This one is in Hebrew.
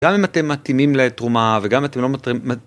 גם אם אתם מתאימים לתרומה, וגם אם אתם לא מתאימים...